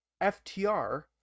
ftr